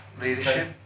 leadership